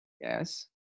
Yes